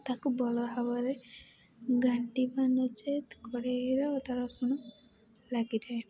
ତାକୁ ଭଲ ଭାବରେ ଘାଣ୍ଟିବା ନଚେତ୍ କଡ଼େଇରେ ଅଦା ରସୁଣ ଲାଗିଯାଏ